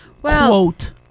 Quote